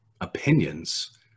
opinions